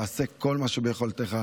תעשה כל מה שביכולתך.